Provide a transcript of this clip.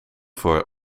voor